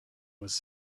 was